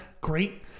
great